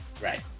Right